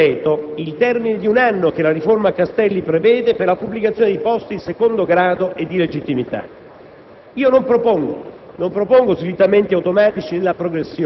Né sarà possibile, per la verità, rispettare in concreto il termine di un anno che la riforma Castelli prevede per la pubblicazione dei posti di secondo grado e di legittimità.